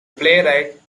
playwright